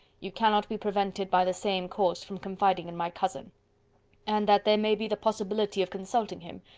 you cannot be prevented by the same cause from confiding in my cousin and that there may be the possibility of consulting him,